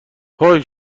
هوووی